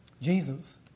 Jesus